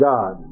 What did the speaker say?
God